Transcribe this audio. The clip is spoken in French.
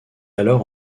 alors